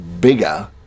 bigger